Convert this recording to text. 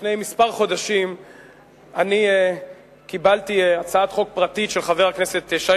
שלפני כמה חודשים קיבלתי הצעת חוק פרטית של חבר הכנסת שי